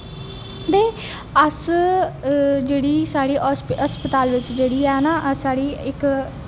ते अस जेह्ड़ी साढ़ी हस्पताल बिच्च जेह्ड़ी है ना साढ़ी इक अस